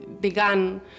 began